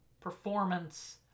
performance